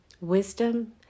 wisdom